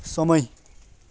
समय